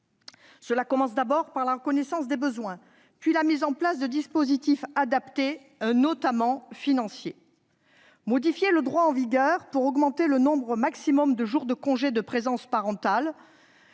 Cela commence d'abord par la reconnaissance des besoins, puis par la mise en place de dispositifs adaptés, notamment financiers. Modifier le droit en vigueur pour augmenter le nombre maximum de jours de congé de présence parentale